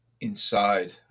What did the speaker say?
inside